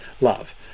love